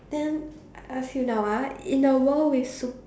then I ask you now ah in a world with sup~